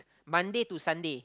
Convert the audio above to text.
Monday to Sunday